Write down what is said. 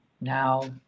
now